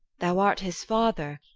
thou art his father,